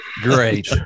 Great